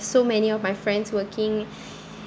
so many of my friends working